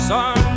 Son